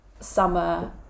summer